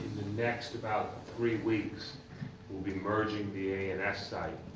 next about three weeks will be merging the a and s site.